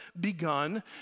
begun